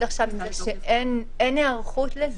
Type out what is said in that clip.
איך אנחנו יכולים להתמודד עכשיו עם זה שאין היערכות לזה.